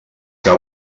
que